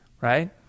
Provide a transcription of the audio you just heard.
right